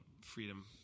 freedom